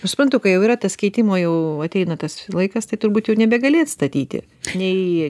nu suprantu kai jau yra tas keitimo jau ateina tas laikas tai turbūt jau nebegali atstatyti nei